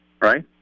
Right